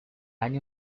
año